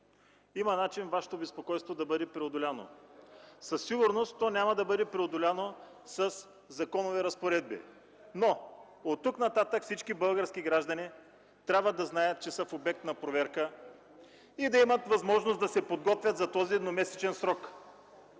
Има начин Вашето безпокойство да бъде преодоляно. Със сигурност то няма да бъде преодоляно със законови разпоредби. Но оттук нататък всички български граждани трябва да знаят, че са обект на проверка и да имат възможност да се подготвят за този едномесечен срок,